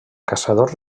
caçadors